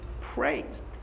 praised